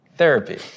Therapy